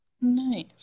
Nice